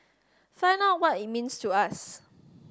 find out what it means to us